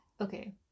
Okay